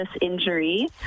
injury